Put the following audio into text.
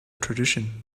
tradition